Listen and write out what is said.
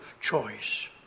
choice